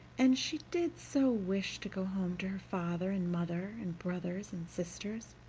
and she did so wish to go home to her father and mother and brothers and sisters.